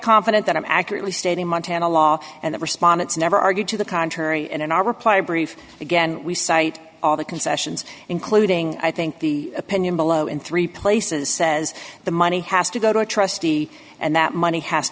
confident that i'm accurately stating montana law and the respondents never argued to the contrary and in our reply brief again we cite all the concessions including i think the opinion below in three places says the money has to go to a trustee and that money has